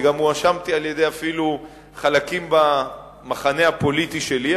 וגם הואשמתי על-ידי חלקים במחנה הפוליטי שלי,